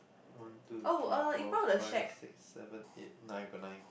one two three four fix six seven eight nine got nine